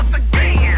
again